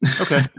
Okay